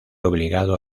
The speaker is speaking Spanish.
obligado